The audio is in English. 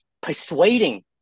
persuading